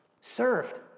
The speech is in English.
served